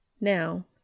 Now